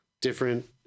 different